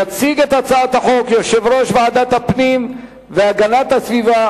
יציג את הצעת החוק יושב-ראש ועדת הפנים והגנת הסביבה,